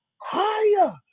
higher